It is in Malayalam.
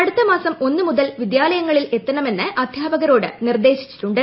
അടുത്തമാസം ഒന്ന് മുതൽ വിദ്യാലയങ്ങളിൽ എത്തണമെന്ന് അധ്യാപകരോട് നിർദ്ദേശിച്ചിട്ടുണ്ട്